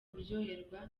kuryoherwa